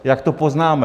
Jak to poznáme?